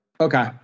okay